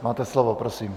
Máte slovo, prosím.